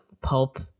pulp